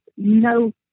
no